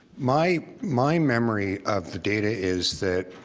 my my memory of the data is that